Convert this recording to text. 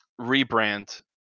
rebrand